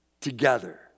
Together